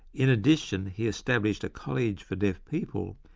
in addition, he established a college for deaf people,